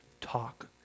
talk